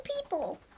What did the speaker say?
people